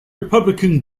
republican